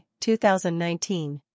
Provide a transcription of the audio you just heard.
2019